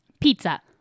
Pizza